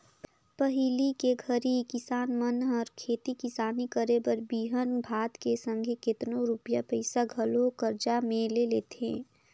पहिली के घरी किसान मन हर खेती किसानी करे बर बीहन भात के संघे केतनो रूपिया पइसा घलो करजा में ले लेथें